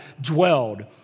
dwelled